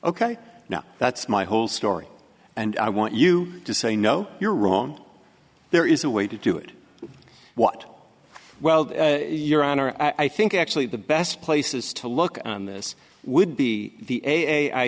ok now that's my whole story and i want you to say no you're wrong there is a way to do it what well your honor i think actually the best places to look on this would be the a i